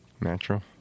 Natural